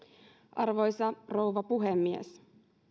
arvoisa rouva puhemies